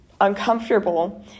uncomfortable